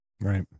right